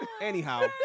Anyhow